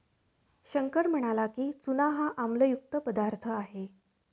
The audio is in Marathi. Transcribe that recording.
शंकर म्हणाला की, चूना हा आम्लयुक्त पदार्थ आहे